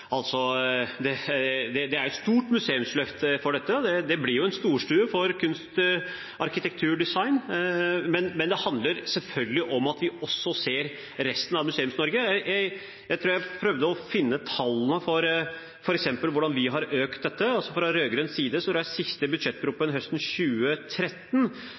Det er et stort museumsløft, og det blir en storstue for kunst, arkitektur og design. Men det handler selvfølgelig om at vi også ser resten av Museums-Norge. Jeg prøvde å finne tallene for hvordan vi har økt dette. I den siste budsjettproposisjonen fra rød-grønn side